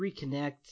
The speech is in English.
reconnect